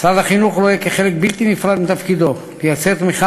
משרד החינוך רואה כחלק בלתי נפרד מתפקידו לייצר תמיכה